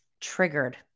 triggered